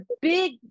big